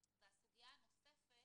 והסוגיה הנוספת